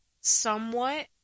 somewhat